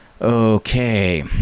Okay